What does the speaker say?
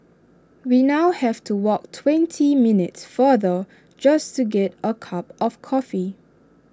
we now have to walk twenty minutes farther just to get A cup of coffee